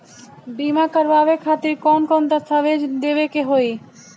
बीमा करवाए खातिर कौन कौन दस्तावेज़ देवे के होई?